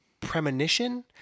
premonition